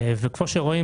וכפי שרואים,